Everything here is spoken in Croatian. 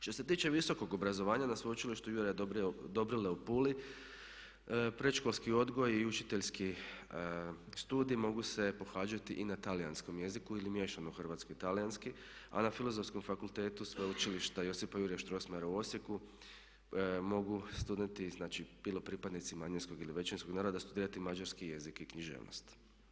Što se tiče visokog obrazovanja na Sveučilištu "Juraj Dobrila" u Puli predškolski odgoj i učiteljski studij mogu se pohađati i na talijanskom jeziku ili miješano hrvatski i talijanski, a na Filozofskom fakultetu Sveučilišta "Josip Juraj Strossmayer" u Osijeku mogu studenti znači bilo pripadnici manjinskog ili većinskog naroda studirati mađarski jezik i književnost.